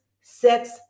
sets